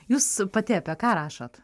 jūs pati apie ką rašot